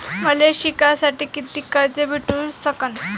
मले शिकासाठी कितीक कर्ज भेटू सकन?